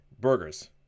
Burgers